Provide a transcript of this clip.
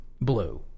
blue